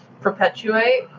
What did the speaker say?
perpetuate